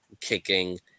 kicking